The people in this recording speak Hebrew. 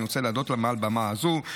אני רוצה להודות לה מעל הבמה הזאת.